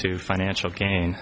to financial gain